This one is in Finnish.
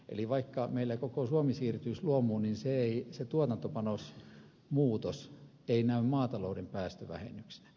eli vaikka meillä koko suomi siirtyisi luomuun niin se tuotantopanosmuutos ei näy maatalouden päästövähennyksinä